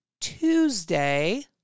Tuesday